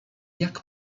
jak